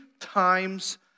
times